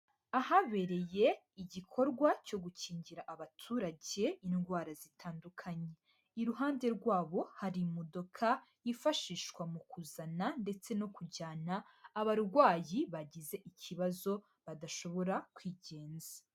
Ahabereye igikorwa cyo gukingira abaturage indwara zitandukanye, iruhande rwabo hari imodoka yifashishwa mu kuzana ndetse no kujyana abarwayi bagize ikibazo badashobora kwigenza.